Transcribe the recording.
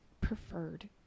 preferred